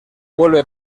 vuelve